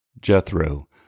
Jethro